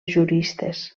juristes